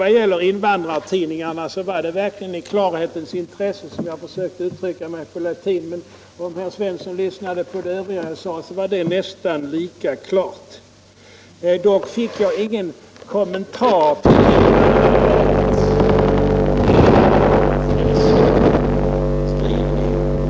Vad gäller invandrartidningarna var det verkligen i klarhetens intresse jag försökte uttrycka mig på latin, men om herr Svensson lyssnade på det övriga jag sade var det nästan lika klart. Dock fick jag ingen kommentar till skrivelsen från invandrarverket som jag berörde i mitt tidigare anförande.